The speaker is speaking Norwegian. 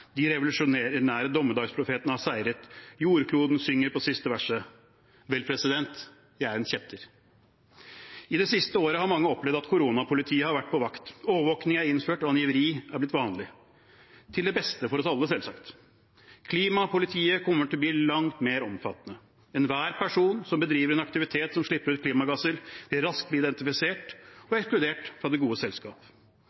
De revolusjonære dommedagsprofetene har seiret. Jordkloden synger på siste verset. Vel, jeg er en kjetter. I det siste året har mange opplevd at koronapolitiet har vært på vakt. Overvåkning er innført, og angiveri er blitt vanlig – til det beste for oss alle, selvsagt. Klimapolitiet kommer til å bli langt mer omfattende. Enhver person som bedriver en aktivitet som slipper ut klimagasser, vil raskt bli identifisert og